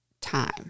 time